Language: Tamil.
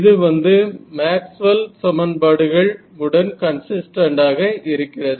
இது வந்து மேக்ஸ்வெல் சமன்பாடுகள் உடன் கன்சிஸ்டன்ட் ஆக இருக்கிறது